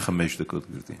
חמש דקות, גברתי.